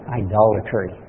idolatry